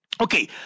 Okay